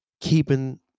keeping